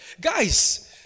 guys